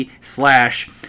slash